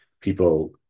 people